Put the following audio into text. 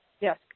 Yes